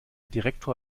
direktor